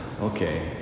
Okay